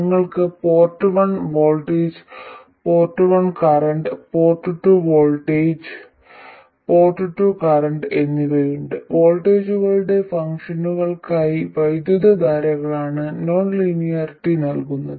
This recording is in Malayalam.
ഞങ്ങൾക്ക് port one voltage port one current port two voltage port two current എന്നിവയുണ്ട് വോൾട്ടേജുകളുടെ ഫംഗ്ഷനുകളായി വൈദ്യുതധാരകളാണ് നോൺ ലീനിയറിറ്റി നൽകുന്നത്